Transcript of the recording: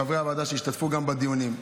לחברי הוועדה שהשתתפו גם בדיונים.